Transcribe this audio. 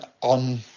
on